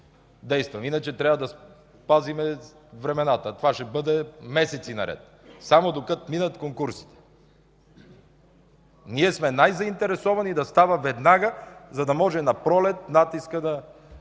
действаме. Иначе трябва да пазим, това ще бъдат месеци наред, само докато минат конкурсите. Ние сме най-заинтересовани да става веднага, за да може напролет натискът да